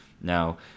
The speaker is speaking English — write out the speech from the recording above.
Now